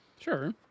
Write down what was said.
Sure